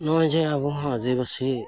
ᱱᱚᱜᱼᱚᱭ ᱡᱮ ᱟᱵᱚ ᱦᱚᱸ ᱟᱹᱫᱤᱵᱟᱹᱥᱤ